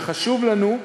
זה חשוב לנו,